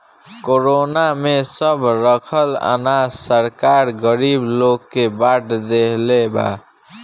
corona में सब रखल अनाज सरकार गरीब लोग के बाट देहले बा